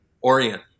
orient